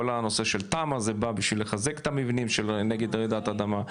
כל הנושא של תמ"א זה בא בשביל לחזק את המבנים שנגד רעידת אדמה,